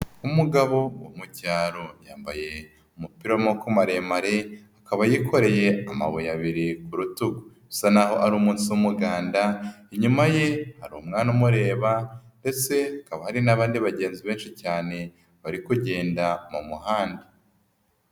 Umugabo wo mu cyaro yambaye umupira w'amako maremare akaba yikoreye amabuye abiri ku rutugu, bisa naho ari umunsi w'umuganda, inyuma ye hari umwana umureba ndetse akaba ari n'abandi bagenzi benshi cyane bari kugenda mu muhanda.